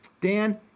Dan